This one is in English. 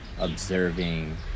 observing